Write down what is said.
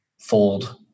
fold